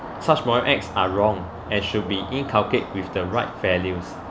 such moral acts are wrong and should be inculcate with the right values